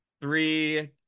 three